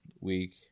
week